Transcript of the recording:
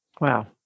Wow